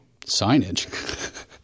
Signage